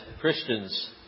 Christians